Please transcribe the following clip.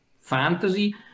fantasy